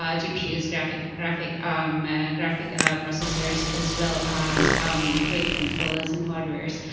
um gps graphic, graphic um graphic processors as well as great controllers and hardwares.